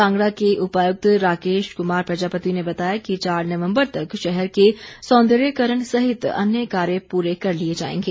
कांगड़ा के उपायुक्त राकेश कुमार प्रजापति ने बताया है कि चार नवम्बर तक शहर के सौंदर्यकरण सहित अन्य कार्य पूरे कर लिए जाएंगे